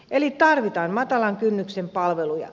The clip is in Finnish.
eli tarvitaan matalan kynnyksen palveluja